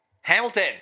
Hamilton